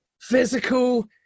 physical